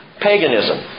Paganism